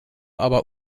aber